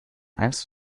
eins